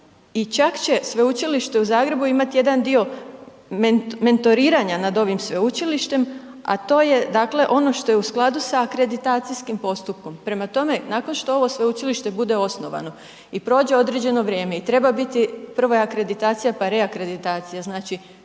i čak će sveučilište u Zagrebu imati jedan dio mentoriranja nad ovim sveučilištem, a to je dakle ono što je u skladu sa akreditacijskim postupkom. Prema tome, nakon što ovo sveučilište bude osnovano i prođe određeno vrijeme i treba biti, prvo je akreditacija, pa reakreditacija, znači